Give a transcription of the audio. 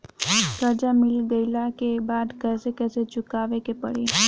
कर्जा मिल गईला के बाद कैसे कैसे चुकावे के पड़ी?